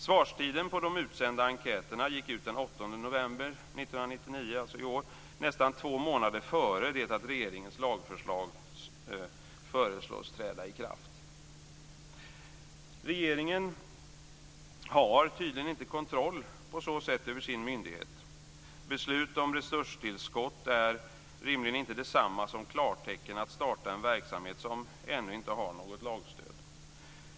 Svarstiden när det gäller de utsända enkäterna gick ut den 8 november 1999, nästan två månader innan regeringens lagförslag föreslås träda i kraft. Regeringen har tydligen inte kontroll över sin myndighet. Beslut om resurstillskott är rimligen inte detsamma som klartecken för att starta en verksamhet som ännu inte har något lagstöd.